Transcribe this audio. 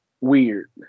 weird